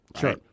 Sure